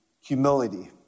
humility